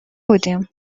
بودیم